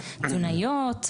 תזונאיות,